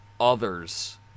others